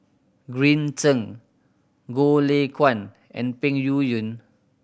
Green Zeng Goh Lay Kuan and Peng Yuyun